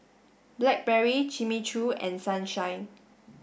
Blackberry Jimmy Choo and Sunshine